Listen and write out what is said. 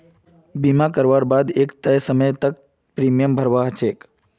बीमा करवार बा द एक तय समय तक प्रीमियम भरवा ह छेक